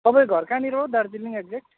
तपाईँको घर कहाँनिर हो दार्जिलिङ एक्जेक्ट